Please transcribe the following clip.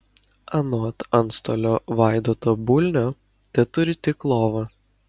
anot antstolio vaidoto bulnio teturi tik lovą